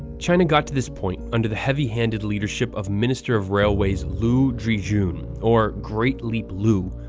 china got to this point under the heavy-handed leadership of minister of railways liu zhijun, or great leap liu,